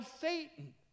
Satan